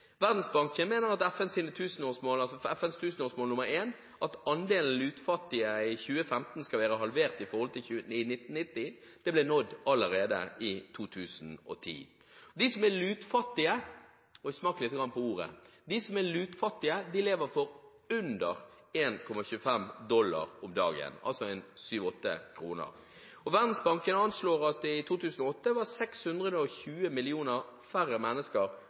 Verdensbanken mener at FNs tusenårsmål nr. 1 – at andelen lutfattige i 2015 skal være halvert i forhold til 1990 – ble nådd allerede i 2010. De som er lutfattige – smak litt på det ordet – lever for under 1,25 dollar om dagen, altså for 7–8 kroner, og Verdensbanken anslår at det i 2008 var 620 millioner færre mennesker